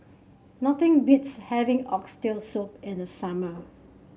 nothing beats having Oxtail Soup in the summer